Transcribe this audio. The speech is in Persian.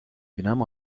بینم